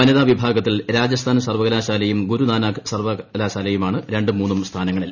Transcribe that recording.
വനിതാ വിഭാഗത്തിൽ രാജസ്ഥാൻ സർവകലാശാലയും ഗുരുനാനാക് സർവകലാശാലയുമാണ് രണ്ടും മൂന്നൂം സ്ഥാനങ്ങളിൽ